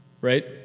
Right